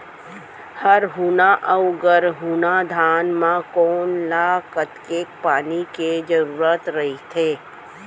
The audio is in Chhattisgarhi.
हरहुना अऊ गरहुना धान म कोन ला कतेक पानी के जरूरत रहिथे?